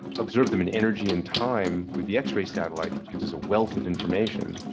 observe them in energy and time with the x-ray satellite, which gives us a wealth of information.